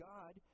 God